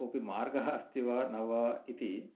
कोऽपि मार्गः अस्ति वा न वा इति